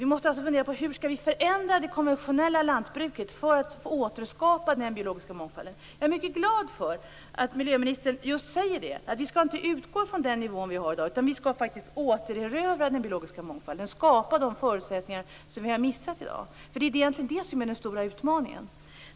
Vi måste alltså fundera på hur vi skall förändra det konventionella lantbruket för att kunna återskapa den biologiska mångfalden. Jag är mycket glad för att miljöministern säger att vi inte skall utgå från den nivå vi har i dag, utan att vi skall återerövra den biologiska mångfalden och skapa de förutsättningar som vi har missat i dag. Det är egentligen detta som är den stora utmaningen.